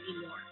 more